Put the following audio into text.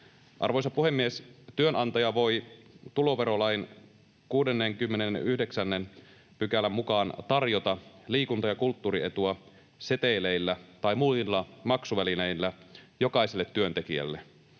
Arvoisa puhemies! Työnantaja voi tuloverolain 69 §:n mukaan tarjota liikunta- ja kulttuurietua seteleillä tai muilla maksuvälineillä jokaiselle työntekijälle.